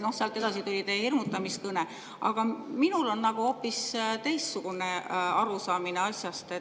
No sealt edasi tuli teie hirmutamiskõne. Aga minul on hoopis teistsugune arusaamine asjast.